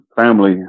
family